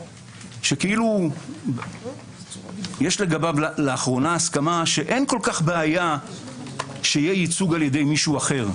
שכאילו יש לגביו לאחרונה הסכמה שאין בעיה שיהיה ייצוג על ידי מישהו אחר,